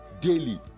daily